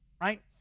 right